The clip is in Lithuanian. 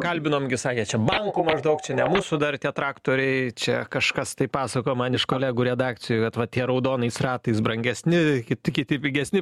kalbinom sakė čia bankų maždaug čia ne mūsų dar tie traktoriai čia kažkas tai pasakojo man iš kolegų redakcijoj jo vat tie raudonais ratais brangesni kiti kiti pigesni